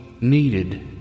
needed